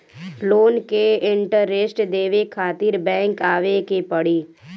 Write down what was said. Loan के interest देवे खातिर बैंक आवे के पड़ी?